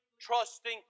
trusting